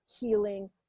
healing